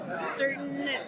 certain